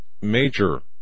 major